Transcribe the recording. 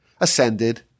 ascended